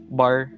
bar